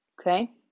Okay